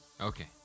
Okay